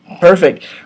Perfect